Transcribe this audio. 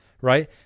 Right